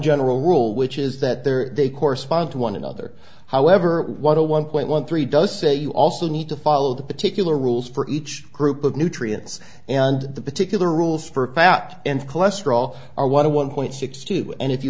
general rule which is that there are they correspond to one another however what a one point one three does say you also need to follow the particular rules for each group of nutrients and the particular rules for fat and cholesterol are one point six two and if you